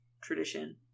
tradition